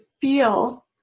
feel